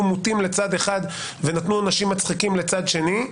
מוטים לצד אחד ונתנו עונשים מצחיקים לצד שני.